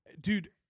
Dude